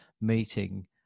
meeting